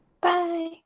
Bye